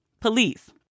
police